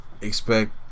expect